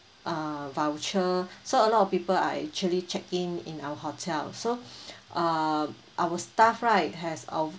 uh voucher so a lot of people are actually check in in our hotel so uh our staff right has